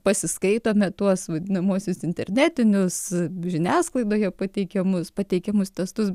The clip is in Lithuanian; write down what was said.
pasiskaitome tuos vadinamuosius internetinius žiniasklaidoje pateikiamus pateikiamus testus